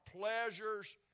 pleasures